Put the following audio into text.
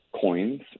coins